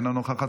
אינה נוכחת,